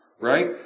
Right